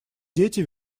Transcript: дети